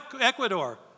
Ecuador